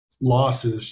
losses